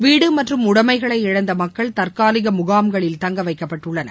வீடு மற்றும் உடைமைகளை இழந்த மக்கள் தற்காலிக முகாம்களில் தங்கவைக்க பட்டுள்ளனர்